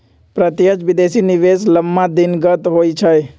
प्रत्यक्ष विदेशी निवेश लम्मा दिनगत होइ छइ